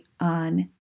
on